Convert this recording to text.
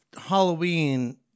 Halloween